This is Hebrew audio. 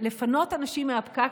לפנות אנשים מהפקק,